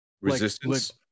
Resistance